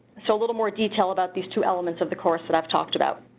so a little more detail about these two elements of the course that i've talked about.